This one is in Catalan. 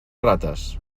rates